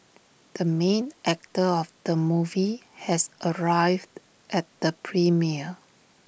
the main actor of the movie has arrived at the premiere